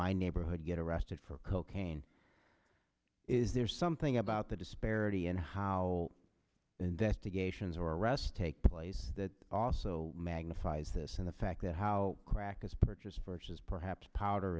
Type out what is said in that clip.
my neighborhood get arrested for cocaine is there something about the disparity and how investigations are arrest take place that also magnifies this in the fact that how crack is purchased versus perhaps powder